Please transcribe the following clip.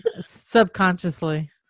subconsciously